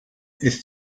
ist